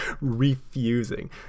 Refusing